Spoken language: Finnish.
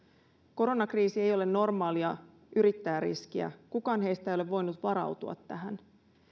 koronakriisi ei ole normaalia yrittäjäriskiä kukaan heistä ei ole voinut varautua tähän